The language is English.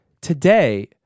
Today